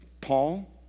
Paul